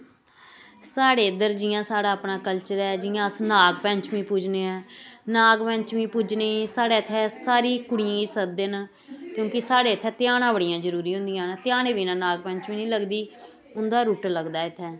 साढ़े इद्धर जि'यां साढ़ा अपना कल्चर ऐ जि'यां अस नाग पंचमीं पूजने आं नाग पंचमी पूजने ई साढ़े इ'त्थें सारी कुड़ियें ई सद्ददे न क्योंकि साढ़े इ'त्थें ध्यानां बड़ियां जरूरी होंदियां न ध्यानें बिना नाग पंचमीं निं लगदी उं'दा रुट्ट लगदा इ'त्थें